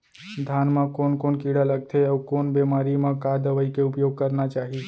धान म कोन कोन कीड़ा लगथे अऊ कोन बेमारी म का दवई के उपयोग करना चाही?